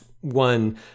one